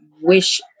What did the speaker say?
wish